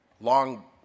Long